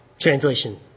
translation